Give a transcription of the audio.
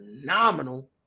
phenomenal